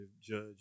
judge